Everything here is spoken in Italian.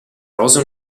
rosa